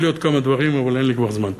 היו לי עוד כמה דברים, אבל אין לי כבר זמן.